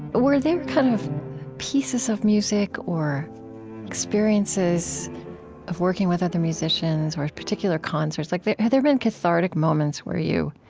were there kind of pieces of music or experiences of working with other musicians or particular concerts like have there been cathartic moments where you